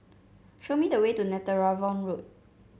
show me the way to Netheravon Road